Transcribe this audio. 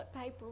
paper